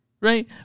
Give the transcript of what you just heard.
right